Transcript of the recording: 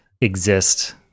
exist